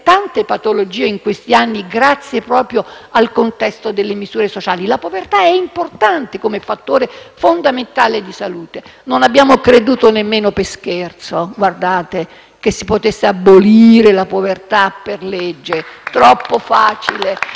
tante patologie in questi anni, proprio grazie al contesto delle misure sociali. La povertà è importante come fattore fondamentale di salute. Non abbiamo creduto nemmeno per scherzo che si potesse abolire la povertà per legge, troppo facile.